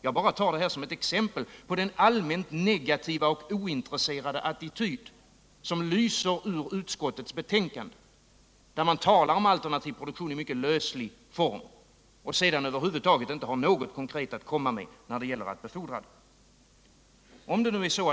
Jag bara tar detta som ett exempel på den allmänt negativa och ointresserade attityd som lyser igenom i utskottets betänkande. Man talar om alternativ produktion i mycket lösliga ordalag och har sedan över huvud taget inte något konkret att komma med när det gäller att befordra en sådan alternativ produktion.